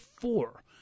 four